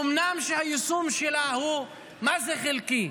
אומנם היישום שלה הוא, מה זה חלקי?